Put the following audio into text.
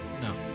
No